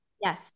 Yes